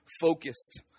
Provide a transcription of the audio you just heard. Focused